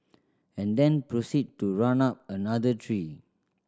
and then proceed to run up another tree